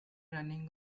running